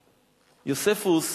יוספוס,